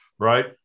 Right